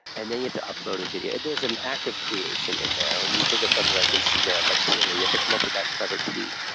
and then you have to upload a video. there's an act of creation in there. when you think of something like instagram, like twitter, you have to come up with that clever tweet.